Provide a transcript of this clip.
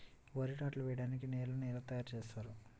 వరి నాట్లు వేయటానికి నేలను ఎలా తయారు చేస్తారు?